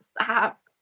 stop